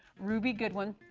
ruby goodwin,